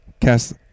Cast